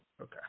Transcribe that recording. Okay